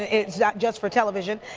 it's not just for television.